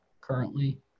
currently